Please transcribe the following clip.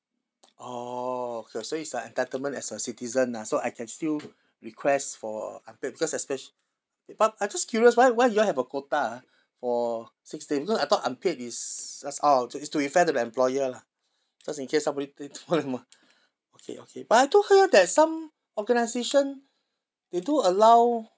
orh okay so it's like entitlement as a citizen lah so I can still request for unpaid because especial~ but I just curious why why you all have a quota ah for six day because I thought unpaid is that's all to it's to be fair to the employer lah just in case somebody they took it more okay okay but I do hear that some organisation they do allow